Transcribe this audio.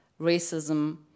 racism